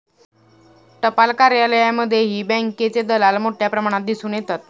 टपाल कार्यालयांमध्येही बँकेचे दलाल मोठ्या प्रमाणात दिसून येतात